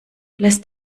lässt